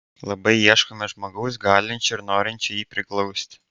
labai ieškome žmogaus galinčio ir norinčio jį priglausti